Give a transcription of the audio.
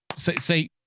See